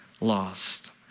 lost